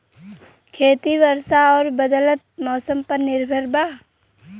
खेती वर्षा और बदलत मौसम पर निर्भर बा